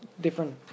different